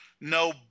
no